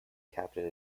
captain